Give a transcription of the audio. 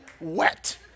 wet